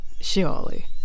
surely